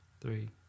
Three